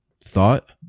thought